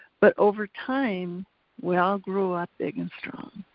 but over time we all grew up big and strong.